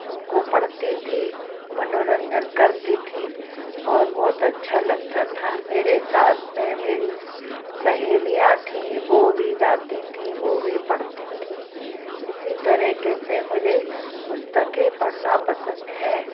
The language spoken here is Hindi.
उनको पढ़ती थी मनोरंजन करती थी और बहुत अच्छा लगता था मेरे साथ में मेरी सहेलियाँ थीं वो भी जाती थी वो भी पढ़ती थीं इसी तरीक़े से मुझे पुस्तकें पढ़ना पसंद हैं